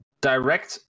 direct